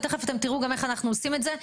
ותכף אתם תראו גם איך אנחנו עושים את זה.